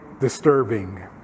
disturbing